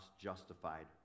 justified